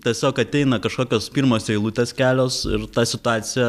tiesiog ateina kažkokios pirmos eilutės kelios ir ta situacija